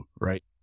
right